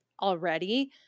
already